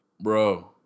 Bro